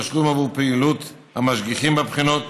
תשלום בעבור פעילות המשגיחים בבחינות,